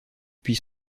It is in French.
puis